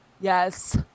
yes